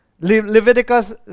leviticus